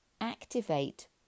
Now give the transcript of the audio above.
activate